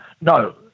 no